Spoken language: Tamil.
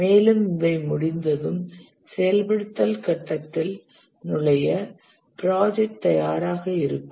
மேலும் இவை முடிந்ததும் செயல்படுத்தல் கட்டத்தில் நுழைய ப்ராஜெக்ட் தயாராக இருக்கும்